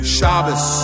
Shabbos